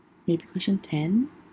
maybe question ten